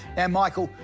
and michael,